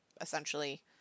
essentially